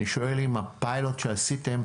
ואני שואל אם הפיילוט שעשיתם,